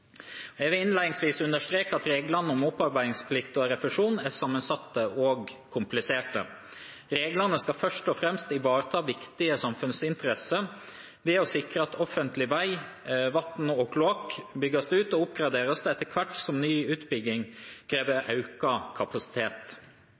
Jeg vil innledningsvis understreke at reglene om opparbeidingsplikt og refusjon er sammensatte og kompliserte. Reglene skal først og fremst ivaretar viktige samfunnsinteresser ved å sikre at offentlig veg, vann og kloakk bygges ut og oppgraderes etter hvert som ny utbygging krever